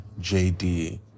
JD